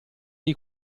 dei